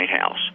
House